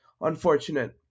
unfortunate